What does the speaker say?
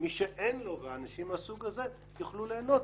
ומי שאין לו ואנשים מהסוג הזה יוכלו ליהנות,